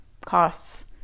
costs